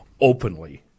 openly